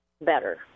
better